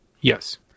Yes